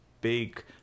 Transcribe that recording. big